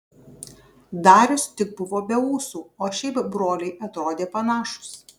darius tik buvo be ūsų o šiaip broliai atrodė panašūs